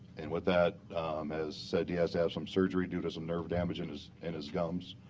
and with that has said he has to have some surgery due to some nerve damage in his and his gums.